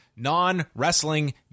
Non-wrestling